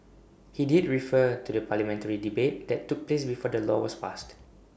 he did refer to the parliamentary debate that took place before the law was passed